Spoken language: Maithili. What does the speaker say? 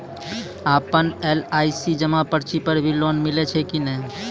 आपन एल.आई.सी जमा पर्ची पर भी लोन मिलै छै कि नै?